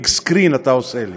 big screen אתה עושה לי.